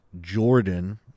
Jordan